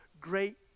great